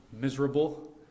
miserable